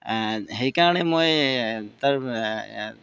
সেইকাৰণে মই তাৰ